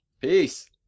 Peace